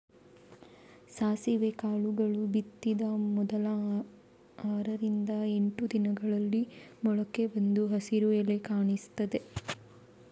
ಸಾಸಿವೆ ಕಾಳುಗಳು ಬಿತ್ತಿದ ಮೊದಲ ಆರರಿಂದ ಎಂಟು ದಿನಗಳಲ್ಲಿ ಮೊಳಕೆ ಬಂದು ಹಸಿರು ಎಲೆ ಕಾಣಿಸ್ತದೆ